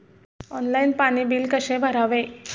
Online पाणी bill कसे भरावे?